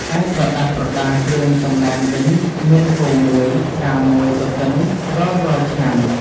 ឯប្រដាប់ប្រដាគ្រឿងសំណែនវិញមាន គោ ១ ស្រា ១ទទិនរាល់ៗឆ្នាំ។